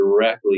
directly